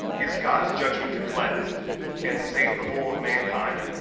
is god's judgment to cleanse and save the whole of mankind,